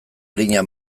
arina